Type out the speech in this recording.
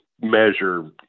measure